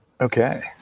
Okay